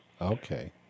Okay